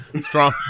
Strong